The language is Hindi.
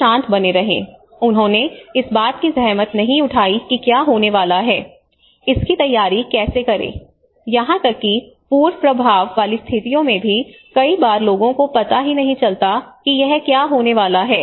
लोग शांत बने रहे उन्होंने इस बात की जहमत नहीं उठाई कि क्या होने वाला है इसकी तैयारी कैसे करें यहां तक कि पूर्व प्रभाव वाली स्थितियों में भी कई बार लोगों को पता ही नहीं चलता कि यह क्या होने वाला है